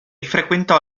frequentò